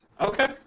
Okay